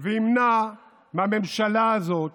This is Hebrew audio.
וימנע מהממשלה הזאת